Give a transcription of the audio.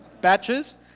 batches